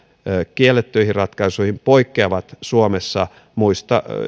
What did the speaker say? kiellettyihin ratkaisuihin poikkeavat suomessa muista